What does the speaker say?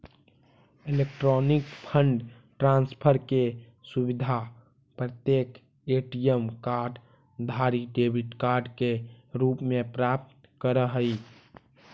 electronic fund transfer के सुविधा प्रत्येक ए.टी.एम कार्ड धारी डेबिट कार्ड के रूप में प्राप्त करऽ हइ